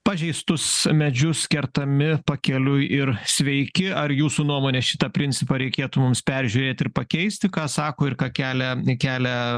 pažeistus medžius kertami pakeliui ir sveiki ar jūsų nuomone šitą principą reikėtų mums peržiūrėt ir pakeisti ką sako ir ką kelia kelia